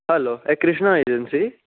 hello हें Krishna agency